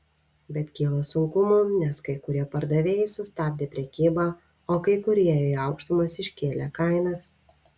bet kyla sunkumų nes kai kurie pardavėjai sustabdė prekybą o kai kurie į aukštumas iškėlė kainas